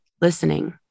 listening